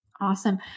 Awesome